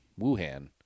Wuhan